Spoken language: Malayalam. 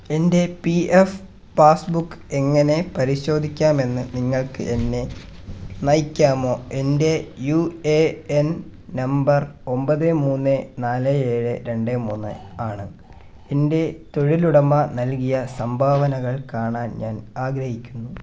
എൻ്റെ പി എഫ് പാസ്ബുക്ക് എങ്ങനെ പരിശോധിക്കാമെന്ന് നിങ്ങൾക്ക് എന്നെ നയിക്കാമോ എൻ്റെ യു എ എൻ നമ്പർ ഒമ്പത് മൂന്ന് നാല് ഏഴ് രണ്ട് മൂന്ന് ആണ് എൻ്റെ തൊഴിലുടമ നൽകിയ സംഭാവനകൾ കാണാൻ ഞാൻ ആഗ്രഹിക്കുന്നു